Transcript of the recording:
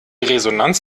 resonanz